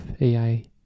AI